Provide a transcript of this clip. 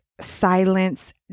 silence